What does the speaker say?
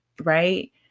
right